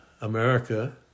America